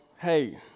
hey